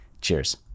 Cheers